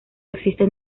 existen